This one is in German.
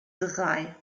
drei